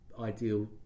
ideal